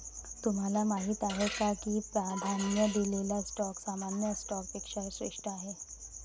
तुम्हाला माहीत आहे का की प्राधान्य दिलेला स्टॉक सामान्य स्टॉकपेक्षा श्रेष्ठ आहे?